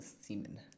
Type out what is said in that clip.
semen